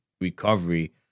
recovery